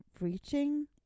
reaching